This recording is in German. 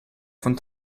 von